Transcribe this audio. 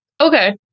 okay